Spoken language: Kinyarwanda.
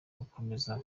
gukomeza